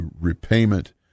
repayment